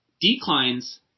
declines